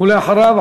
ואחריו,